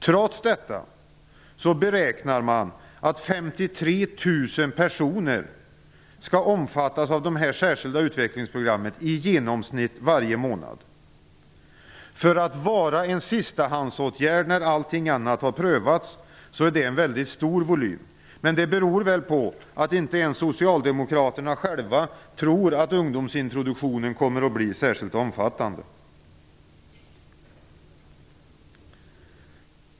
Trots detta beräknar man att 53 000 personer i genomsnitt skall omfattas av dessa särskilda utvecklingsprogram varje månad. För att vara en sistahandsåtgärd, när allting annat har prövats, är det en mycket stor volym. Men det beror väl på att inte ens socialdemokraterna själva tror att ungdomsintroduktionen kommer att bli särskilt omfattande.